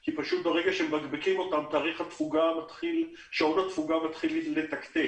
כי פשוט ברגע שמבקבקים אותן שעון התפוגה מתחיל לתקתק,